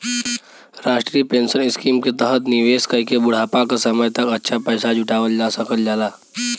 राष्ट्रीय pension scheme के तहत निवेश कइके बुढ़ापा क समय तक अच्छा पैसा जुटावल जा सकल जाला